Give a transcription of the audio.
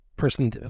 person